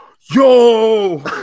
yo